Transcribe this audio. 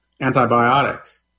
antibiotics